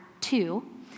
two